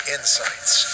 Insights